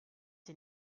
sie